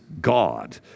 God